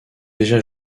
déjà